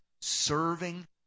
serving